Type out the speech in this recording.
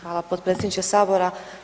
Hvala potpredsjedniče Sabora.